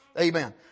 Amen